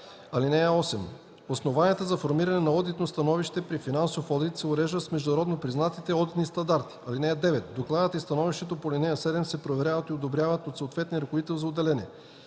(8) Основанията за формиране на одитно становище при финансов одит се уреждат с Международно признатите одитни стандарти. (9) Докладът и становището по ал. 7 се проверяват и одобряват от съответния ръководител на отделение.